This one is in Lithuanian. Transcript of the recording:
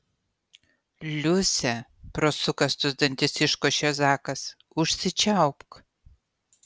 liuse pro sukąstus dantis iškošė zakas užsičiaupk